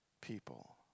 people